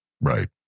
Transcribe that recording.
Right